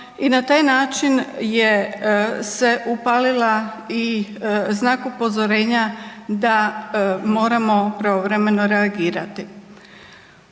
i na taj način je se upalila i znak upozorenja da moramo pravovremeno reagirati.